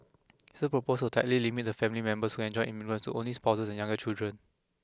he also proposed to tightly limit the family members who can join immigrants to only spouses and younger children